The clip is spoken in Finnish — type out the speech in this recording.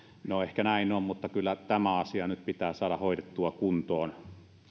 no ehkä näin on mutta kyllä tämä asia nyt pitää saada hoidettua kuntoon